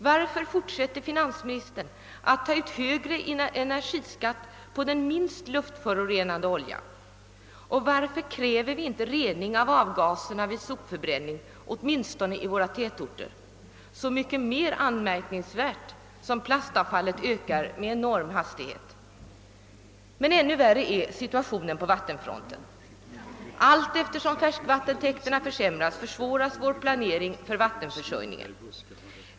Varför fortsätter finansministern att ta ut högre energiskatt på den minst luftförorenande oljan och varför kräver vi inte rening av avgaserna vid sopförbränning åtminstone i våra tätorter, så mycket mer anmärkningsvärt som plastavfallet ökar med en enorm hastighet? Ännu värre är situationen på vattenfronten. Allteftersom färskvattentäkterna försämras försvåras vår planering för vattenförsörjningen.